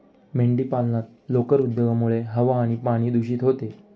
मेंढीपालनात लोकर उद्योगामुळे हवा आणि पाणी दूषित होते